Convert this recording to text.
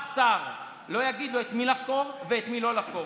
שום שר לא יגיד לו את מי לחקור ואת מי לא לחקור.